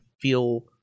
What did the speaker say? feel